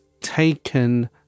taken